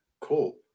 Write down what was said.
cool